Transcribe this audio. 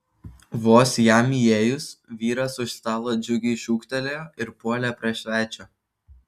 vos jam įėjus vyras už stalo džiugiai šūktelėjo ir puolė prie svečio